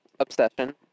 Obsession